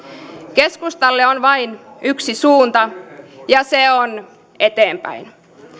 keskustalle on vain yksi suunta ja se on eteenpäin